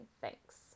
Thanks